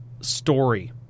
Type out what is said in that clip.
story